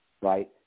right